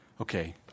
okay